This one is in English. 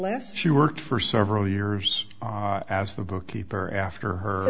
less she worked for several years as the bookkeeper after her